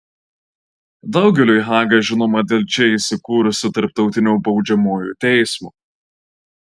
daugeliui haga žinoma dėl čia įsikūrusio tarptautinio baudžiamojo teismo